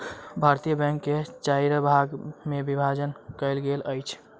भारतीय बैंक के चाइर भाग मे विभाजन कयल गेल अछि